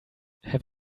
have